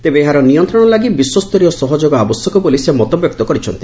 ତେବେ ଏହାର ନିୟନ୍ତ୍ରଣ ଲାଗି ବିଶ୍ୱସ୍ତରୀୟ ସହଯୋଗ ଆବଶ୍ୟକ ବୋଲି ସେ ମତବ୍ୟକ୍ତ କରିଛନ୍ତି